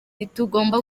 ntitugomba